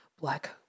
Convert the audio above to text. black